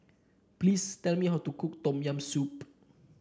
please tell me how to cook Tom Yam Soup